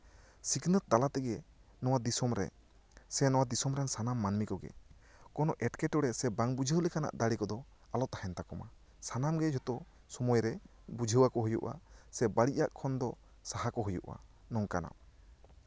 ᱥᱤᱠᱷᱱᱟᱹᱛ ᱛᱟᱞᱟᱛᱮ ᱱᱚᱣᱟ ᱫᱤᱥᱚᱢᱨᱮ ᱥᱮ ᱱᱚᱣᱟ ᱫᱤᱥᱚᱢ ᱨᱮ ᱥᱟᱱᱟᱢ ᱢᱟᱹᱱᱢᱤ ᱠᱚᱜᱮ ᱠᱳᱱᱳ ᱮᱸᱴᱠᱮᱴᱚᱲᱮ ᱥᱮ ᱵᱟᱝ ᱵᱩᱡᱷᱟᱹᱣ ᱞᱮᱠᱟᱱᱟᱜ ᱫᱟᱲᱮ ᱠᱚᱫᱚ ᱟᱞᱚ ᱛᱟᱦᱮᱱ ᱛᱟᱠᱚ ᱢᱟ ᱥᱟᱱᱟᱢᱜᱮ ᱡᱷᱚᱛᱚ ᱥᱚᱢᱚᱭᱨᱮ ᱵᱩᱡᱷᱟᱹᱣ ᱟᱠᱚ ᱦᱩᱭᱩᱜᱼᱟ ᱥᱮ ᱵᱟᱹᱲᱤᱡ ᱠᱷᱚᱱ ᱫᱚ ᱥᱟᱦᱟ ᱠᱚ ᱦᱩᱭᱩᱜᱼᱟ ᱱᱚᱝᱠᱟᱱᱟᱜ